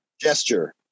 gesture